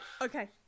Okay